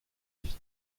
avis